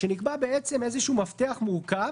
ונקבע מפתח מורכב,